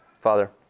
Father